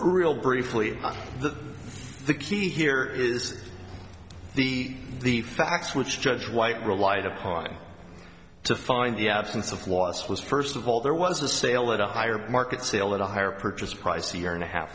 real briefly the key here is the facts which judge white relied upon to find the absence of loss was first of all there was a sale at a higher market sale at a higher purchase price a year and a half